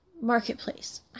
marketplace